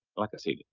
like i said,